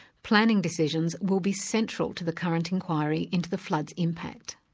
planning decisions will be central to the current inquiry into the flood's impact.